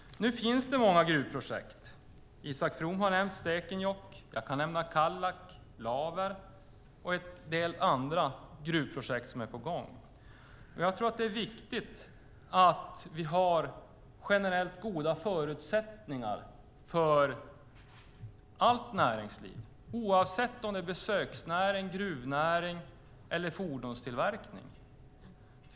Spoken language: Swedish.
Nu finns det många gruvprojekt. Isak From har nämnt Stekenjokk. Jag kan nämna Kallak, Laver och en del andra gruvprojekt som är på gång. Jag tror att det är viktigt att vi har generellt goda förutsättningar för allt näringsliv, oavsett om det är besöksnäring, gruvnäring eller fordonstillverkning.